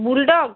bull dog